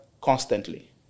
constantly